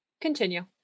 continue